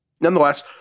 nonetheless